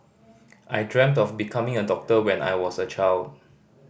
I dreamt of becoming a doctor when I was a child